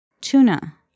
tuna